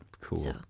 Cool